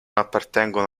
appartengono